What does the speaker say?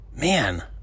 man